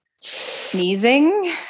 sneezing